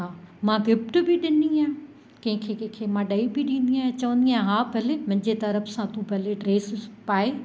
हा मां गिफ्ट बि ॾिनी आहे कंहिंखें कंहिंखें मां ॾेई बि ॾींदी आहियां चवंदी आहियां हा भले मुंहिंजे तर्फ़ सां तूं भले ड्रेस पाए